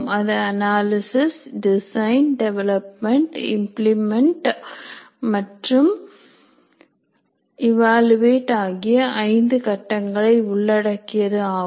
அது analysis design development implement மற்றும் evaluate ஆகிய 5 கட்டங்களை உள்ளடக்கியது ஆகும்